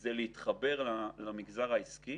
זה להתחבר למגזר העסקי